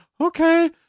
Okay